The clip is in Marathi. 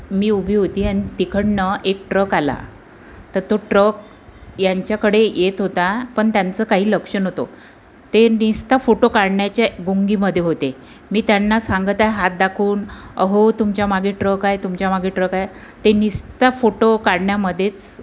मी उभी होती अन् तिकडनं एक ट्रक आला तर तो ट्रक यांच्याकडे येत होता पण त्यांचं काही लक्ष नव्हतं ते नुसता फोटो काढण्याच्या गुंगीमध्ये होते मी त्यांना सांगत आहे हात दाखवून अहो तुमच्यामागे ट्रक आहे तुमच्यामागे ट्रक आहे ते नुसता फोटो काढण्यामध्येच